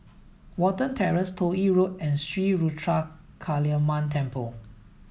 Watten Terrace Toh Yi Road and Sri Ruthra Kaliamman Temple